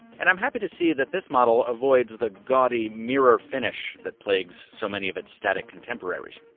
and i'm happy to see that this model avoids the gaudy mirror finish that plagues so many of its static contemporaries.